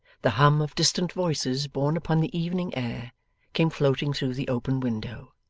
the hum of distant voices borne upon the evening air came floating through the open window.